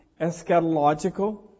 eschatological